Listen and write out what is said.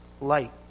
light